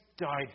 died